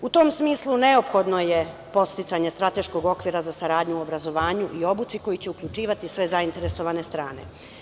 U tom smislu, neophodno je podsticanje strateškog okvira za saradnju u obrazovanju i obuci koji će uključivati sve zainteresovane strane.